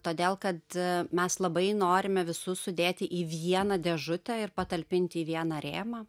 todėl kad mes labai norime visus sudėti į vieną dėžutę ir patalpinti į vieną rėmą